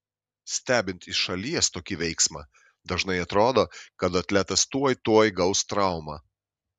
stebint iš šalies tokį veiksmą dažnai atrodo kad atletas tuoj tuoj gaus traumą